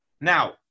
Now